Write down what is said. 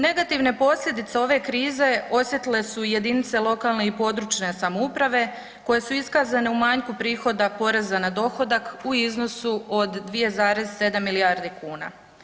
Negativne posljedice ove krize osjetile su jedinice lokalne i područne samouprave koje su iskazane u manjku prihoda poreza na dohodak u iznosu od 2,7 milijardi kuna.